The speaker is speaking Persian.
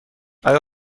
آیا